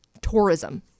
tourism